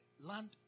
land